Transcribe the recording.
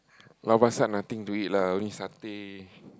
Lao Pa Sat nothing to eat lah only satay